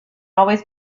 always